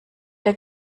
der